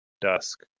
dusk